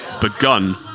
begun